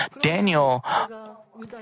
Daniel